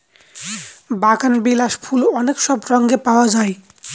বাগানবিলাস ফুল অনেক সব রঙে পাওয়া যায়